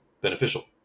beneficial